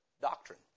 Doctrine